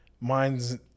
mine's